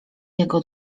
jego